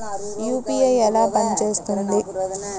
UPI ఎలా పనిచేస్తుంది?